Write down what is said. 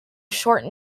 short